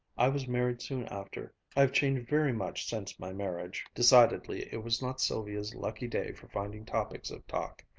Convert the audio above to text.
i was married soon after. i've changed very much since my marriage. decidedly it was not sylvia's lucky day for finding topics of talk.